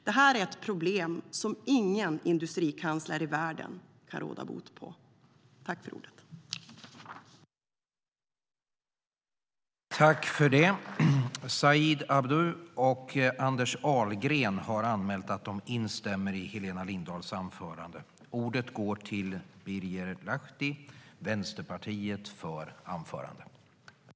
Detta är ett problem som ingen industrikansler i världen kan råda bot på.I detta anförande instämde Anders Ahlgren och Said Abdu .